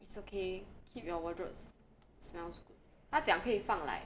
it's okay keep your wardrobe smells good 他讲可以放 like